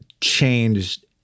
changed